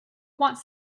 wants